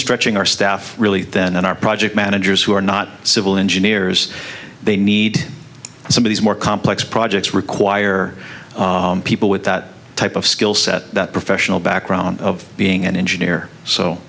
stretching our staff really then our project managers who are not civil engineers they need somebody more complex projects require people with that type of skill set that professional background of being an engineer